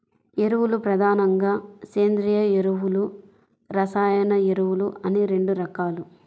ఎరువులు ప్రధానంగా సేంద్రీయ ఎరువులు, రసాయన ఎరువులు అని రెండు రకాలు